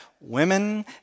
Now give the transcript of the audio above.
women